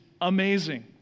amazing